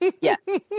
yes